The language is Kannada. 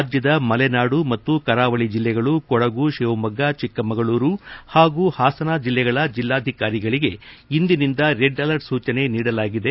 ರಾಜ್ಯದ ಮಲೆನಾಡು ಮತ್ತು ಕರಾವಳಿ ಜಿಲ್ಲೆಗಳು ಕೊಡಗು ಶಿವಮೊಗ್ಗ ಚಿಕ್ಕಮಗಳೂರು ಹಾಗೂ ಹಾಸನ ಜಿಲ್ಲೆಗಳ ಜಿಲ್ಲಾಧಿಕಾರಿಗಳಗೆ ಇಂದಿನಿಂದ ರೆಡ್ ಅಲರ್ಟ್ ಸೂಚನೆ ನೀಡಲಾಗಿದೆ